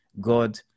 god